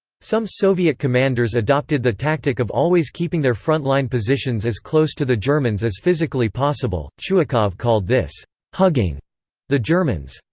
some soviet commanders adopted the tactic of always keeping their front-line positions as close to the germans as physically possible chuikov called this hugging the germans.